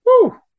Woo